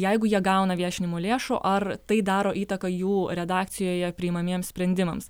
jeigu jie gauna viešinimo lėšų ar tai daro įtaką jų redakcijoje priimamiems sprendimams